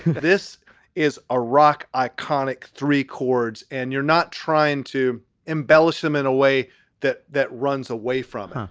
this is a rock iconic three chords and you're not trying to embellish them in a way that that runs away from home.